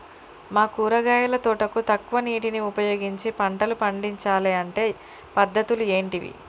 మా కూరగాయల తోటకు తక్కువ నీటిని ఉపయోగించి పంటలు పండించాలే అంటే పద్ధతులు ఏంటివి?